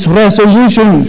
resolution